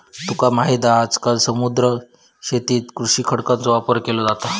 तुका माहित हा आजकाल समुद्री शेतीत कृत्रिम खडकांचो वापर केलो जाता